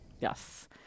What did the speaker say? Yes